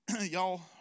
y'all